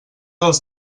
dels